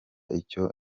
icyo